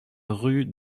rue